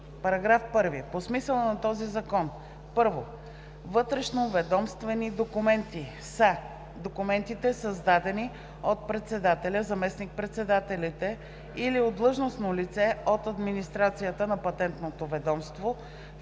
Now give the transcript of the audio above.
§ 1: „§ 1. По смисъла на този закон: 1. „Вътрешноведомствени документи“ са документите, създадени от председателя, заместник-председателите или от длъжностно лице от администрацията на Патентното ведомство